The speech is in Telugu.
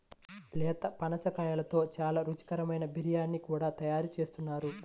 లేత పనసకాయతో చాలా రుచికరమైన బిర్యానీ కూడా తయారు చేస్తున్నారు